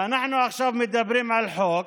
ואנחנו עכשיו מדברים על חוק,